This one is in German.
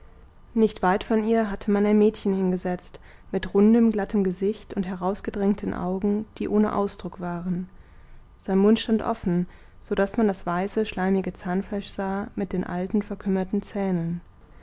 nicht weit von ihr hatte man ein mädchen hingesetzt mit rundem glatten gesicht und herausgedrängten augen die ohne ausdruck waren sein mund stand offen so daß man das weiße schleimige zahnfleisch sah mit den alten verkümmerten zähnen